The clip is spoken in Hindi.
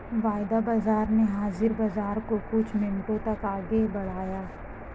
वायदा बाजार ने हाजिर बाजार को कुछ मिनटों तक आगे बढ़ाया